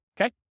okay